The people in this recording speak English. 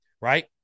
right